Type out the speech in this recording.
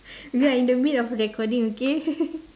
we are in the mid of recording okay